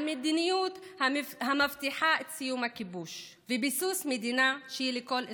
על מדיניות המבטיחה את סיום הכיבוש וביסוס מדינה שהיא לכל אזרחיה.